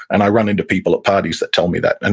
and i run into people at parties that tell me that. and